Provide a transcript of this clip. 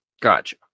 Gotcha